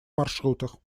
маршрутах